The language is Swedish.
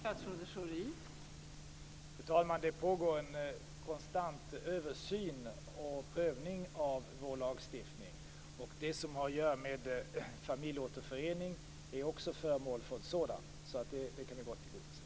Fru talman! Det pågår konstant en översyn och prövning av vår lagstiftning. Det som har att göra med familjeåterförening är också föremål för sådant arbete, så det kan vi gott tillgodose.